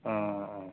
অঁ অঁ অঁ